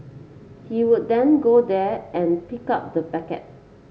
he would then go there and pick up the packet